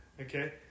okay